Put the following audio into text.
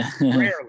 rarely